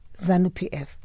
ZANU-PF